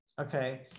okay